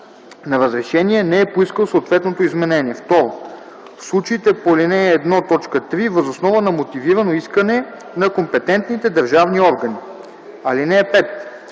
на разрешение не е поискал съответното изменение; 2. в случаите по ал. 1, т. 3 - въз основа на мотивирано искане на компетентните държавни органи. (5)